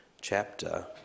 chapter